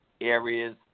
areas